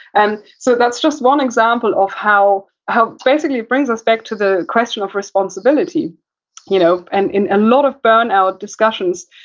and so, that's just one example of how, basically it brings us back to the question of responsibility you know and in a lot of burnout discussions,